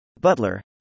Butler